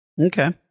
Okay